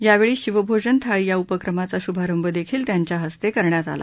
यावेळी शिवभोजन थाळी या उपक्रमाचा शुभारंभ देखील त्यांच्याहस्ते करण्यात आला